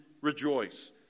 rejoice